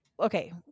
Okay